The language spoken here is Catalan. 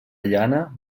llana